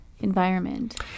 environment